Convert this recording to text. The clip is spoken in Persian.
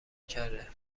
کرده